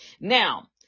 Now